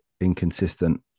inconsistent